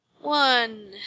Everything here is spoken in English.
One